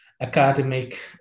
academic